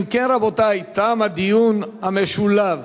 אם כן, רבותי, תם הדיון המשולב